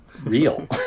real